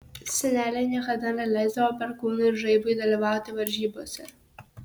senelė niekada neleisdavo perkūnui ir žaibui dalyvauti varžybose